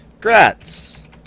Grats